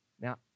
Now